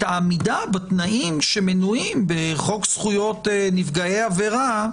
את העמידה בתנאים שמנויים בחוק זכויות נפגעי עבירה,